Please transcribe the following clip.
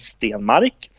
Stenmark